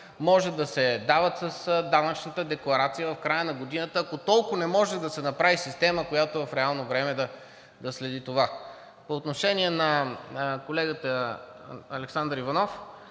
Може да се дават с данъчната декларация в края на годината, ако толкова не може да се направи система, която в реално време да следи това. По отношение на колегата Александър Иванов.